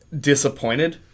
Disappointed